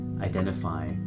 identify